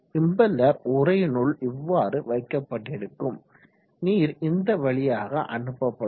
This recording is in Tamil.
இம்பெல்லர் உறையினுள் இவ்வாறு வைக்கப்பட்டிருக்கும் நீர் இந்த வழியாக அனுப்பப்படும்